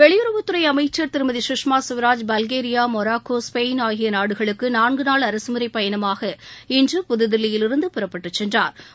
வெளியுறவுத்துறை அமைச்சர் திருமதி Sushma Swaraj Bulgaria Morocco Spain ஆகிய நாடுகளுக்கு நான்குநாள் அரசுமுறைப் பயணமாக இன்று புதுதில்லியிலிருந்து புறப்பட்டுச் சென்றாா்